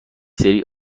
سری